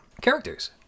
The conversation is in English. Characters